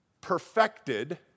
perfected